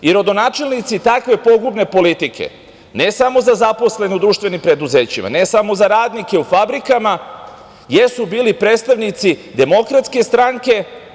I rodonačelnici takve pogubne politike, ne samo za zaposlene u društvenim preduzećima, ne samo za radnike u fabrikama, jesu bili predstavnici Demokratske stranke.